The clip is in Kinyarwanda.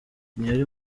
ntiyari